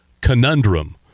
conundrum